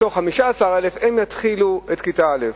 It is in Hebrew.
מתוך 15,000, יתחילו את כיתה א'.